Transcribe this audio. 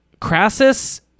Crassus